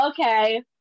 okay